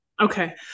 Okay